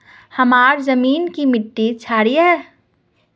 हमार जमीन की मिट्टी क्षारीय है?